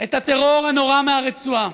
את הטרור הנורא מהרצועה?